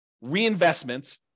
reinvestment